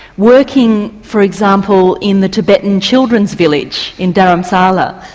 working for example in the tibetan children's village in dharamsala.